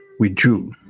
withdrew